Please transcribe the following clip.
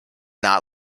not